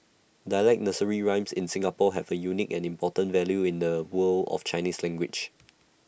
dialect nursery rhymes in Singapore have A unique and important value in the world of Chinese language